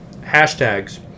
hashtags